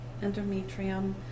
endometrium